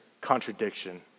contradiction